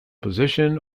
position